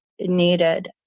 needed